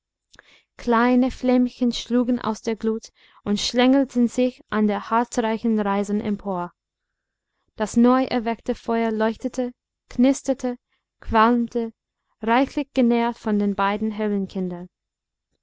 kleine flämmchen schlugen aus der glut und schlängelten sich an den harzreichen reisern empor das neuerweckte feuer leuchtete knisterte qualmte reichlich genährt von den beiden